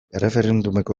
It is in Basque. erreferendumeko